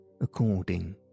according